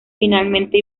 finalmente